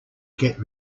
get